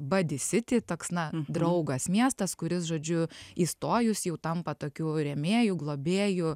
badi siti toks na draugas miestas kuris žodžiu įstojus jau tampa tokiu rėmėju globėju